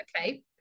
okay